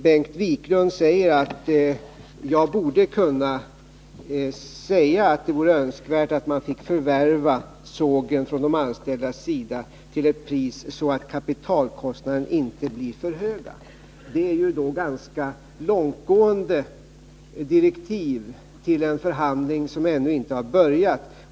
Bengt Wiklund säger att jag borde kunna uttala att det är önskvärt att de anställda fick förvärva sågen till ett sådant pris att kapitalkostnaderna inte blir för höga. Det vore ju att bevara sysselsättningen i Sollefteå kommun ganska långtgående direktiv till en förhandling som ännu inte har börjat.